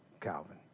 Calvin